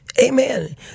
Amen